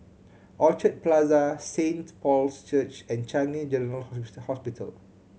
Orchard Plaza Saint Paul's Church and Changi General Hospital